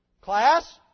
Class